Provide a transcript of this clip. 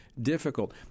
difficult